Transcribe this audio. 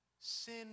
sin